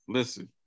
Listen